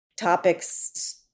topics